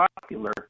popular